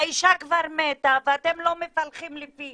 האישה כבר מתה ואתם לא מפלחים לפי